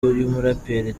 y’umuraperi